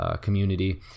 community